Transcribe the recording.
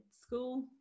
school